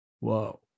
Whoa